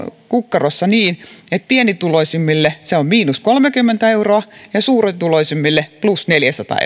kukkarossa niin että pienituloisimmille se on miinus kolmekymmentä euroa ja suurituloisimmille plus neljäsataa